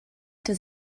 does